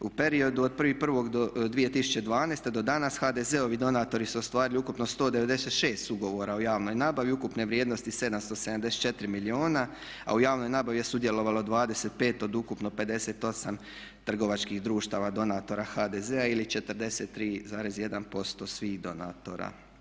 U periodu od 1.01.2012. do danas HDZ-ovi donatori su ostvarili ukupno 196 ugovora o javnoj nabavi ukupne vrijednosti 774 milijuna a u javnoj nabavi je sudjelovalo 25 od ukupno 58 trgovačkih društava donatora HDZ-a ili 43,1% svih donatora.